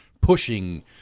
pushing